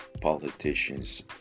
politicians